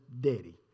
daddy